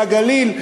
לגליל,